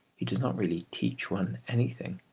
he does not really teach one anything,